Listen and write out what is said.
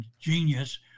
genius